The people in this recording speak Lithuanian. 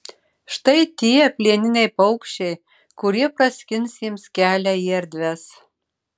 štai tie plieniniai paukščiai kurie praskins jiems kelią į erdves